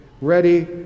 ready